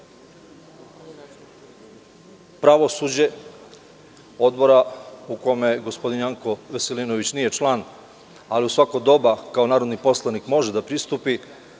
pravosuđe, Odbora u kome gospodin Janko Veselinović nije član, ali u svako doba kao narodni poslanik može da pristupi,